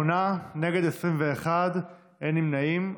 בעד, שמונה, נגד, 21, אין נמנעים.